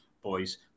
boys